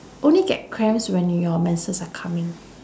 only get cramps when you your menses are coming